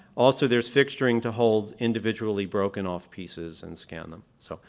also there's fixturing to hold individually broken-off pieces and scan them, so.